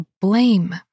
blame